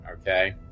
okay